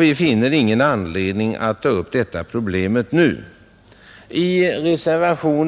Vi finner ingen anledning att ta upp det problemet nu eller att föreslå några förändringar.